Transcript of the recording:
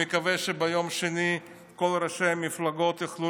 אני מקווה שביום שני כל ראשי מפלגות יוכלו